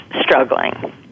struggling